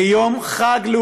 כבודו